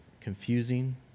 confusing